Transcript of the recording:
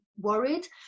worried